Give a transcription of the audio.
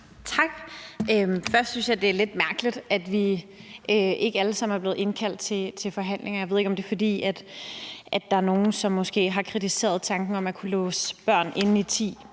at jeg synes, det er lidt mærkeligt, at vi ikke alle sammen er blevet indkaldt til forhandlinger. Jeg ved ikke, om det er, fordi der er nogen, som måske har kritiseret tanken om at kunne låse børn inde i 10